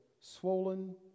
swollen